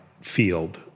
field